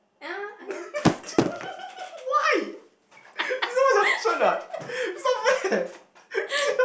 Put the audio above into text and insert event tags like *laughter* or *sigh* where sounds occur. uh I don't *laughs*